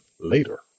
later